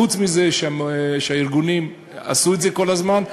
חוץ מזה שהארגונים עשו את זה כל הזמן,